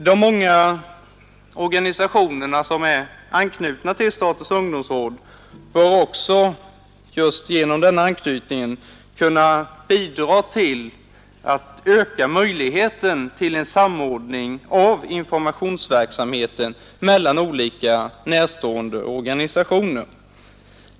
De många organisationerna som är anknutna till statens ungdomsråd bör också just genom denna anknytning kunna bidra till att öka möjligheten till en samordning av informationsverksamheten mellan olika närstående organisationer.